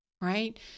right